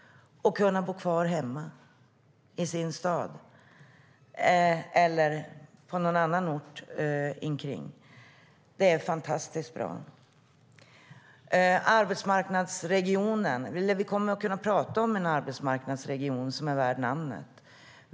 Det handlar om att kunna bo kvar hemma i sin stad eller i någon annan ort i närheten. Vi kommer att kunna prata om en arbetsmarknadsregion som är värd namnet.